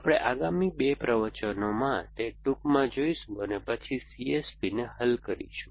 આપણે આગામી 2 પ્રવચનોમાં તે ટૂંકમાં જોઈશું અને પછી CS Pને હલ કરીશું